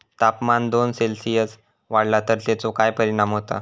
तापमान दोन सेल्सिअस वाढला तर तेचो काय परिणाम होता?